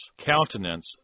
countenance